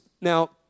Now